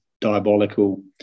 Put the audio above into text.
diabolical